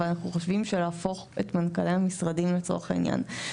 אבל אנחנו חושבים שלהפוך את מנכ״לי המשרדים לבוררים